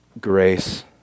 grace